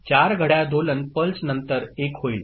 4 घड्याळ दोलन पल्स नंतर 1 होईल